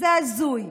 זה הזוי.